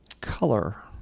Color